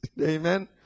amen